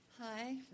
Hi